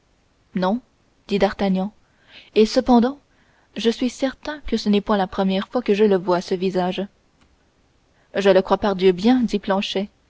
non dit d'artagnan et cependant je suis certain que ce n'est point la première fois que je le vois ce visage je le crois pardieu bien dit